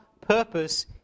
purpose